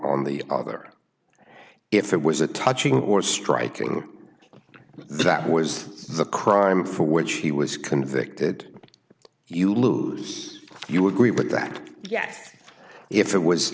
on the other if it was a touching or striking that was a crime for which he was convicted you lose you agree with that yet if it was